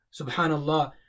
Subhanallah